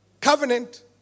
covenant